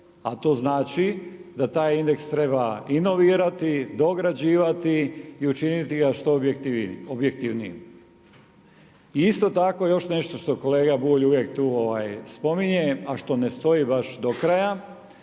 A to znači da taj indeks treba i novirati, dograđivati i učiniti ga što objektivnijim. I isto tako još nešto što kolega Bulj uvijek tu spominje, a što ne stoji baš do kraja,